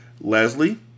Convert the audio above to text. Leslie